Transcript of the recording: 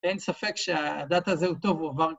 אין ספק שהדאטה הזה הוא טוב, הוא עבר